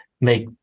make